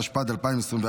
התשפ"ד 2024,